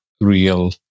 real